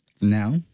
now